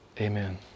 Amen